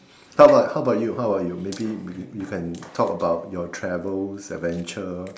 how about how about you how about you maybe you can talk about your travels adventure